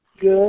Good